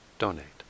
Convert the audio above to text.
donate